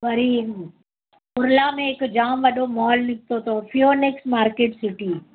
वरी कुरला में हिकु जामु वॾो मॉल निकितो अथव फियोनेक्स मार्केट सिटी